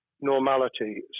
normality